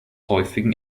häufigen